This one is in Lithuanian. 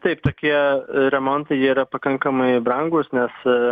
taip tokie remontai jie yra pakankamai brangūs nes